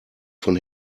von